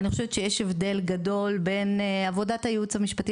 אני חושבת שיש הבדל גדול בין עבודת הייעוץ המשפטי